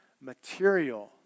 material